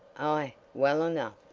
aye well enough,